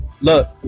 Look